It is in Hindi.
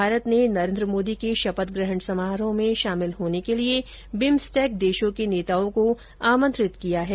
भारत ने नरेन्द्र मोदी के शपथग्रहण समारोह में शामिल होने के लिए बिम्सटेक देशों के नेताओं को आमंत्रित किया है